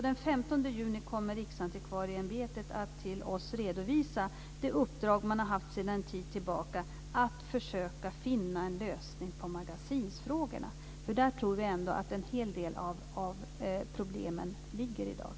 Den 15 juni kommer Riksantikvarieämbetet att till oss redovisa det uppdrag man haft sedan en tid tillbaka om att försöka en finna en lösning på magasinsfrågorna. Där tror vi ändå att en hel del av problemen ligger i dag.